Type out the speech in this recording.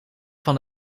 van